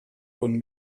von